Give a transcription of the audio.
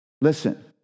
Listen